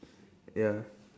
ya